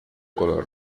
color